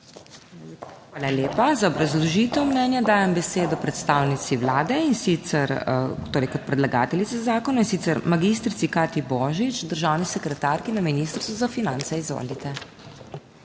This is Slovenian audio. Hvala lepa. Za obrazložitev mnenja dajem besedo predstavnici Vlade in sicer torej kot predlagateljici zakona, in sicer magistrici Katji Božič, državni sekretarki na Ministrstvu za finance. Izvolite.